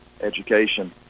education